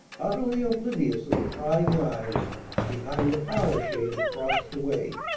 utterly oblivious of the prying eyes behind the parlor shade across the way.